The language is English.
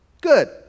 Good